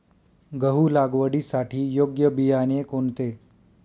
गहू लागवडीसाठी योग्य बियाणे कोणते?